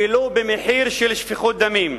ולו במחיר של שפיכות דמים.